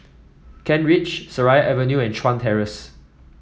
Kent Ridge Seraya Avenue and Chuan Terrace